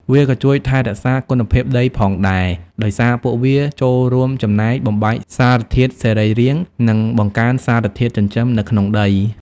វាក៏ជួយថែរក្សាគុណភាពដីផងដែរ ដោយសារពួកវាចូលរួមចំណែកបំបែកសារធាតុសរីរាង្គ និងបង្កើនសារធាតុចិញ្ចឹមនៅក្នុងដី។